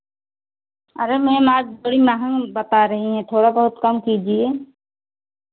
अरे मैम आज बड़ी महंग बता रही हैं थोड़ा बहुत कम कीजिए